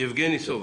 ייבגני סובה.